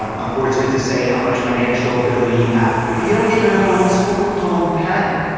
um unfortunately to say, how much financial ability you have. but if you don't get your number one school, don't panic.